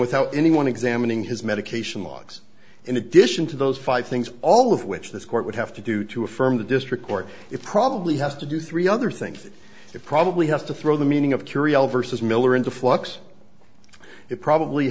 without anyone examining his medication logs in addition to those five things all of which this court would have to do to affirm the district court it probably has to do three other things it probably has to throw the meaning of curial versus miller into flux it probably